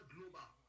Global